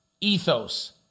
ethos